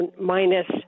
minus